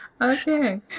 Okay